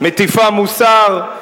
מטיפה מוסר,